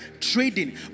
trading